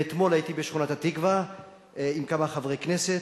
ואתמול הייתי בשכונת-התקווה עם כמה חברי כנסת,